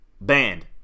Banned